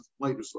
later